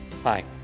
Hi